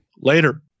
Later